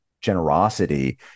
generosity